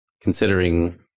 Considering